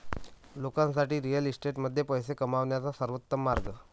लोकांसाठी रिअल इस्टेटमध्ये पैसे कमवण्याचा सर्वोत्तम मार्ग